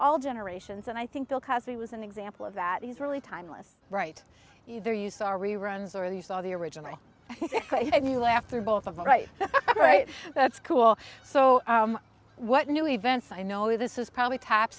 all generations and i think bill cosby was an example of that he's really timeless right either you saw reruns or the you saw the original and the laughter both of the right right that's cool so what new events i know this is probably t